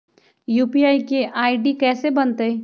UPI के ID कैसे बनतई?